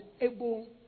able